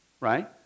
right